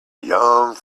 young